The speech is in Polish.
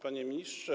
Panie Ministrze!